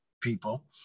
people